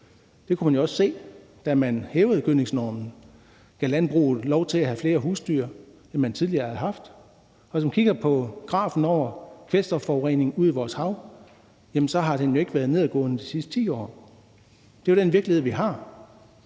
Det kunne man jo også se, da man hævede gødningsnormen og gav landbruget lov til at have flere husdyr, end man tidligere havde haft. Hvis man kigger på grafen over kvælstofforureningen ude i vores hav, har den jo ikke været nedadgående de sidste 10 år. Det er jo den virkelighed, vi har.